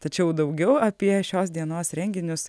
tačiau daugiau apie šios dienos renginius